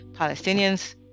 palestinians